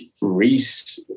reese